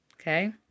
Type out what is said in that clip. okay